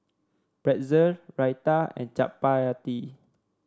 Pretzel Raita and Chapati